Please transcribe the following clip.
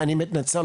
אני מתנצל,